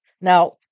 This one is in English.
Now